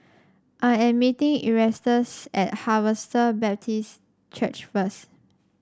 I am meeting Erastus at Harvester Baptist Church first